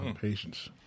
patience